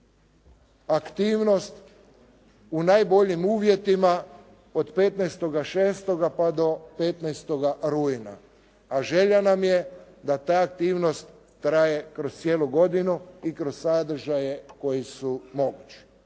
aktivnost u najboljim uvjetima od 15.6. pa do 15. rujna, a želja nam je da ta aktivnost traje kroz cijelu i kroz sadržaje koji su mogući.